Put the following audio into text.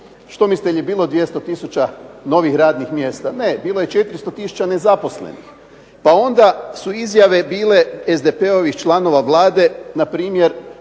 Što mislite je li bilo 200000 novih radnih mjesta? Ne. Bilo je 400000 nezaposlenih. Pa onda su izjave bile SDP-ovih članova Vlade na primjer